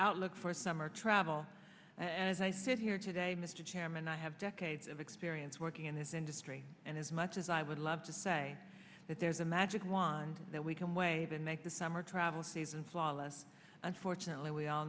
outlook for summer travel and as i sit here today mr chairman i have decades of experience working in this industry and as much as i would love to say that there's a magic wand that we can wave and make the summer travel season flawless unfortunately we all